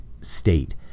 state